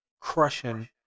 crushing